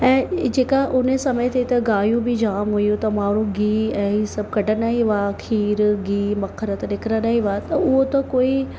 ऐं जेका उन समय ते त गांइयूं बि जामु हुयूं त माण्हू गिह ऐं सभु कढंदा ई हुआ खीरु गिहु मखन त निकिरंदा ई हुआ त उहो त कोई